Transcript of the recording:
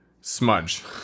smudge